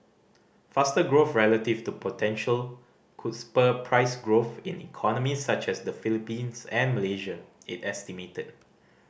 faster growth relative to potential could spur price growth in economies such as the Philippines and Malaysia it estimated